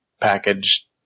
package